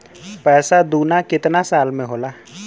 पैसा दूना कितना साल मे होला?